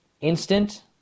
instant